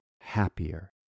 happier